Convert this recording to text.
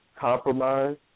Compromise